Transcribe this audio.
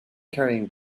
carrying